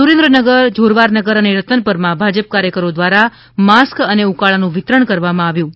સુરેન્દ્રનગર જોરવારનગર અને રતનપર માં ભાજપ કાર્યકરો દ્વારા માસ્ક અને ઉકાળા નું વિતરણ કરવામાં આવ્યું હતું